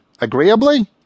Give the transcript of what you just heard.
agreeably